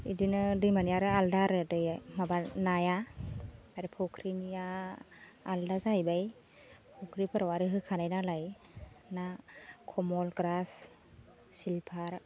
इदिनो दैमानिया आर आलदा आरो दै माबा नाया आर फख्रिनिया आलदा जाहैबाय फख्रिफोराव आरो होखानाय नालाय ना खमल ग्रास सिलभार